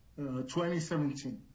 2017